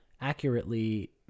accurately